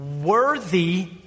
worthy